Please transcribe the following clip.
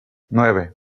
nueve